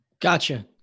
Gotcha